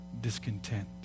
discontent